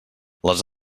les